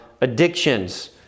addictions